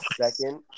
second